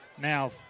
Now